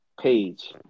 page